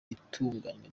itunganywa